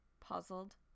puzzled